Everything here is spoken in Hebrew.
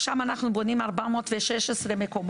שם אנחנו בונים 416 מקומות